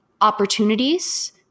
opportunities